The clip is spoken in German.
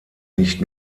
nicht